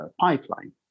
pipeline